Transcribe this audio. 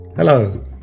Hello